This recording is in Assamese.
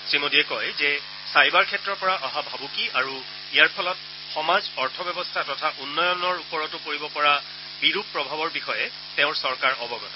শ্ৰীমোদীয়ে কয় যে চাইবাৰ ক্ষেত্ৰৰ পৰা অহা ভাবুকি আৰু ইয়াৰ ফলত সমাজ অৰ্থব্যৱস্থা তথা উন্নয়নৰ ওপৰতো পৰিব পৰা বিৰূপ প্ৰভাৱৰ বিষয়ে তেওঁৰ চৰকাৰ অৱগত